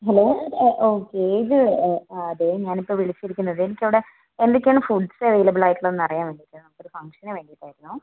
hello okay ഇത് ആ അതെ ഞാനിപ്പോൾ വിളിച്ചിരിക്കുന്നതേ എനിക്ക് അവിടെ എന്തൊക്കെയാണ് ഫുഡ്ഡ്സ് അവൈലബിൾ ആയിട്ടുള്ളത് എന്ന് അറിയാൻ വേണ്ടി വിളിച്ചതാണ് ഒരു ഫംഗ്ഷന് വേണ്ടിയിട്ടായിരുന്നു